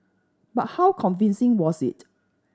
but how convincing was it